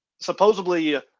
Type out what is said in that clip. supposedly